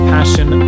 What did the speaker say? Passion